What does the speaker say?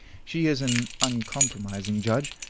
she is an uncompromising judge,